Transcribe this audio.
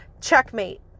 Checkmate